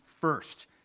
first